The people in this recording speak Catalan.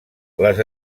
les